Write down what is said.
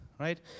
Right